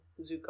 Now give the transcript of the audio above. Zuko